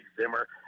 Zimmer